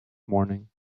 morning